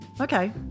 Okay